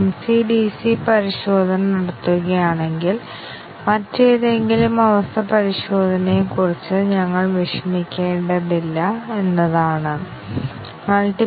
ഞങ്ങൾ ഇവയെ ശാഖാപരിശോധനയുമായി ബന്ധപ്പെടുത്തുകയാണെങ്കിൽ ശാഖാ പരിശോധന യഥാർത്ഥത്തിൽ ഏറ്റവും ലളിതമായ അവസ്ഥ പരിശോധനാ തന്ത്രമാണ് ഈ അവസ്ഥയുടെ മുഴുവൻ ഫലവും സത്യവും തെറ്റും ആണെന്ന് ഞങ്ങൾ അനുമാനിക്കുന്നു